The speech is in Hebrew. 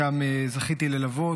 את חלקם זכיתי ללוות.